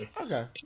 Okay